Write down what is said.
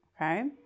okay